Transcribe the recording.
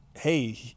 Hey